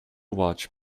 watch